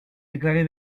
déclaré